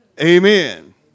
Amen